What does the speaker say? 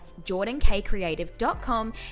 jordankcreative.com